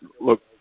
look